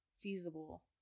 feasible